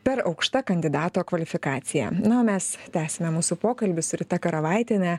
per aukšta kandidato kvalifikacija na o mes tęsime mūsų pokalbį su rita karavaitiene